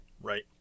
Right